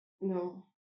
No